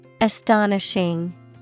Astonishing